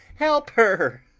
help her!